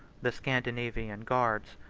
the scandinavian guards,